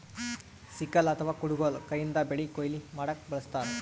sickle ಅಥವಾ ಕುಡಗೊಲ್ ಕೈಯಿಂದ್ ಬೆಳಿ ಕೊಯ್ಲಿ ಮಾಡ್ಲಕ್ಕ್ ಬಳಸ್ತಾರ್